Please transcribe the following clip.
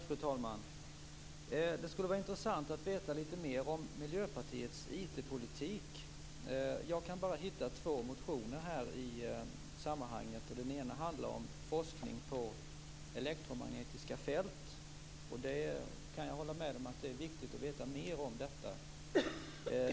Fru talman! Det skulle vara intressant att veta lite mer om Miljöpartiets IT-politik. Jag kan bara hitta två motioner i sammanhanget. Den ena handlar om forskning på elektromagnetiska fält. Jag kan hålla med om att det är viktigt att veta mer om detta.